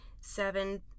Seven